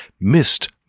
missed